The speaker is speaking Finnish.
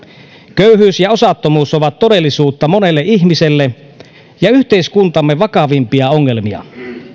köyhyys ja osattomuus ovat todellisuutta monelle ihmiselle ja yhteiskuntamme vakavimpia ongelmia